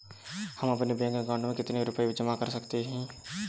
हम अपने bank account में कितने रुपये जमा कर सकते हैं?